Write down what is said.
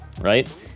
right